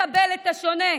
לקבל את השונה.